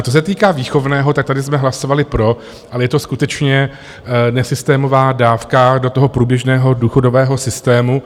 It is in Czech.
Co se týká výchovného, tak tady jsme hlasovali pro, ale je to skutečně nesystémová dávka do toho průběžného důchodového systému.